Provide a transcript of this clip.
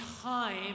time